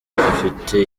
afite